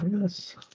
yes